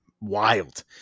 wild